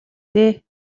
дээ